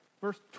Verse